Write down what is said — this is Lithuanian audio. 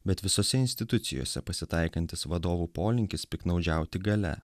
bet visose institucijose pasitaikantis vadovų polinkis piktnaudžiauti galia